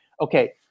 Okay